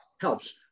helps